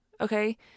okay